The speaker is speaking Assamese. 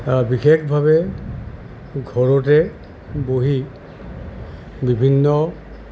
বিশেষভাৱে ঘৰতে বহি বিভিন্ন